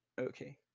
Okay